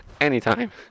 anytime